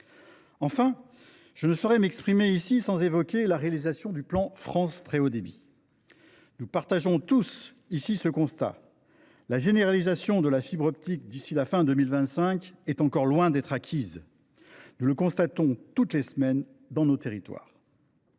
Enfin, je ne saurais m’exprimer ici sans évoquer la réalisation du plan France Très Haut Débit. Nous partageons tous ici ce constat : la généralisation de la fibre optique d’ici à la fin de 2025 est encore loin d’être acquise. Nous le constatons chaque semaine dans nos territoires.